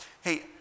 Hey